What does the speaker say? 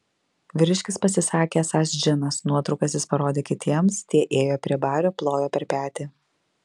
vyriškis pasisakė esąs džinas nuotraukas jis parodė kitiems tie ėjo prie bario plojo per petį